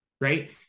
right